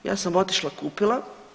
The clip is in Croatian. Ja sam otišla, kupila.